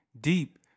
deep